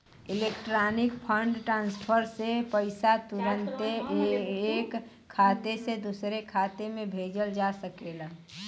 electronic fund transfer से पईसा तुरन्ते ऐक खाते से दुसरे खाते में भेजल जा सकेला